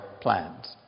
plans